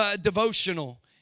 devotional